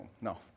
No